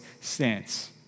stance